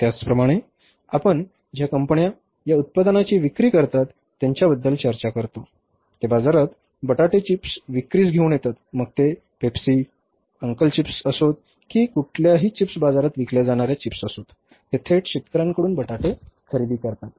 त्याचप्रमाणे आपण ज्या कंपन्या या उत्पादनांची विक्री करतात त्यांच्याबद्दल चर्चा करतो ते बाजारात बटाटे चिप्स विक्रीस घेऊन येतात मग ते पेप्सी अंकल चिप्स असोत की कुठल्याही चिप्स बाजारात विकल्या जाणाऱ्या चिप्स असोत ते थेट शेतकऱ्यांकडून बटाटे खरेदी करतात